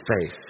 faith